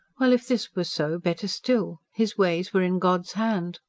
well, if this were so, better still his ways were in god's hand.